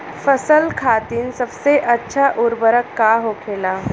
फसल खातीन सबसे अच्छा उर्वरक का होखेला?